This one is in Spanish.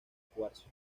cuarzo